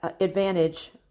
advantage